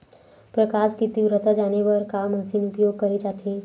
प्रकाश कि तीव्रता जाने बर का मशीन उपयोग करे जाथे?